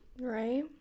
right